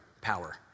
power